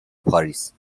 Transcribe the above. پاریس